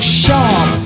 sharp